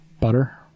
butter